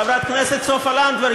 חברת הכנסת סופה לנדבר,